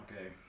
okay